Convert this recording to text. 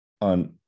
on